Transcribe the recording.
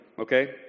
okay